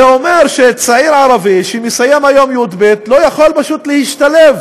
זה אומר שצעיר ערבי שמסיים היום י"ב לא יכול פשוט להשתלב